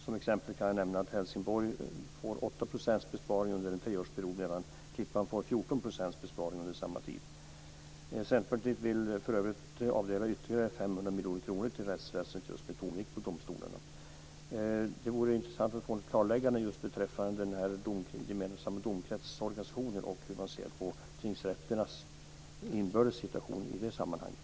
Som exempel kan jag nämna att Helsingborg får 8 % besparing under en treårsperiod medan Klippan får 14 % besparing under samma tid. Centerpartiet vill för övrigt avdela ytterligare 500 miljoner kronor till rättsväsendet just med tonvikt på domstolarna. Det vore intressant att få ett klarläggande beträffande den gemensamma domkretsorganisationen och hur man ser på tingsrätternas inbördes situation i det sammanhanget.